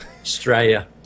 Australia